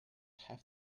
have